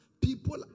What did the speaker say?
people